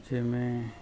ਜਿਵੇਂ